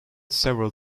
several